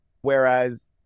Whereas